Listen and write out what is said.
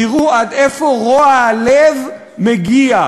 תראו עד איפה רוע הלב מגיע,